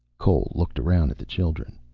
cole looked around at the children.